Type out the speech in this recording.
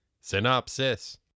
Synopsis